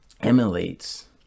emulates